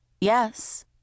Yes